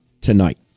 tonight